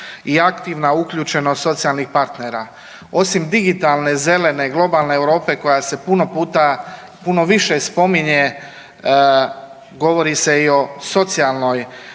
i aktivna uključenost socijalnih partnera. Osim digitalne, zelene i globalne Europe koja se puno puta puno više spominje govori se i o socijalnoj